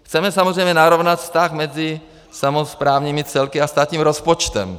Chceme samozřejmě narovnat vztah mezi samosprávními celky a státním rozpočtem.